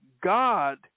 God